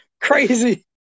crazy